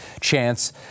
chance